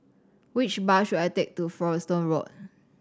which bus should I take to Folkestone Road